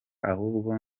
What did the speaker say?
ahubwo